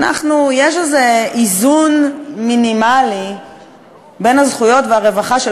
יש איזה איזון מינימלי בין הזכויות והרווחה של